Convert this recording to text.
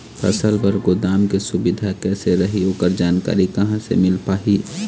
फसल बर गोदाम के सुविधा कैसे रही ओकर जानकारी कहा से मिल पाही?